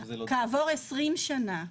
כעבור 20 שנה,